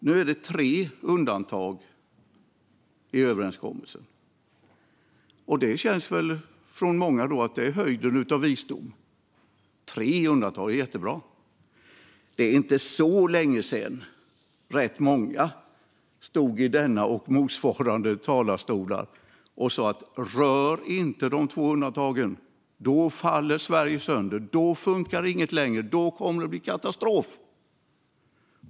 Nu är det tre undantag i överenskommelsen, och för många känns väl det som att det är höjden av visdom. Tre undantag, det är jättebra. Det är inte så länge sedan som rätt många stod i denna talarstol och motsvarande sådana och sa: Rör inte de två undantagen, för då faller Sverige sönder, då funkar inget längre och då kommer det att bli katastrof!